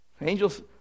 angels